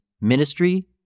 Ministry